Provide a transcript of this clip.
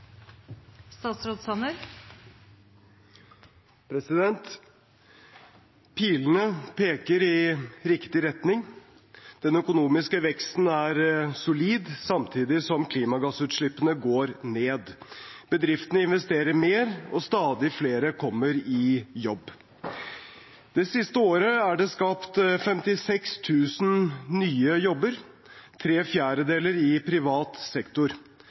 solid samtidig som klimagassutslippene går ned. Bedriftene investerer mer og stadig flere kommer i jobb. Det siste året er det skapt 56 000 nye jobber – tre fjerdedeler i privat sektor.